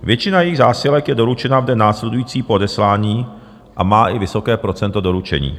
Většina jejích zásilek je doručena v den následující po odeslání a má i vysoké procento doručení.